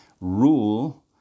rule